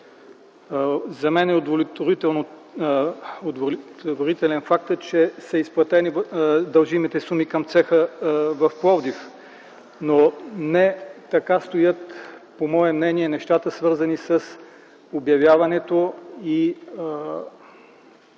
За мен е удовлетворителен фактът, че са изплатени дължимите суми към цеха в Пловдив. Но не така стоят по мое мнение нещата, свързани с обявяването и